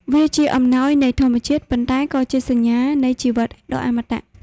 វាជាអំណោយនៃធម្មជាតិ ប៉ុន្តែក៏ជាសញ្ញានៃជីវិតដ៏អមតៈ។